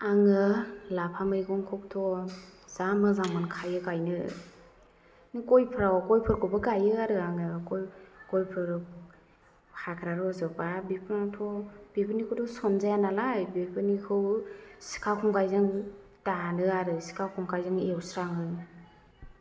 आङो लाफा मैगंखौथ' जा मोजां मोनखायो गायनो गयफ्राव गयफोरखौबो गायो आरो आङो गय गयफोर हाग्रा रज'बा बेफोरावथ' बेफोरनिखौथ' सनजाया नालाय बेफोरनिखौ सिखा खंखायजों दानो आरो सिखा खंखायजों एवस्राङो